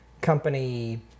company